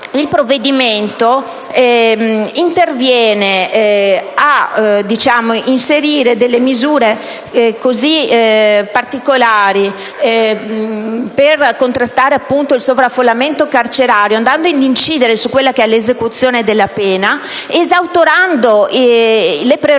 il provvedimento interviene ad inserire misure così particolari per contrastare, appunto, il sovraffollamento carcerario, andando ad incidere sull'esecuzione della pena esautorando le prerogative